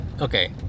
Okay